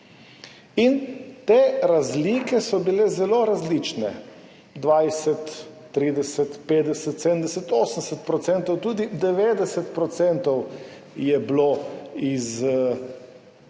Te razlike so bile zelo različne 20, 30, 50, 70, 80 %, tudi 90 % je bilo iz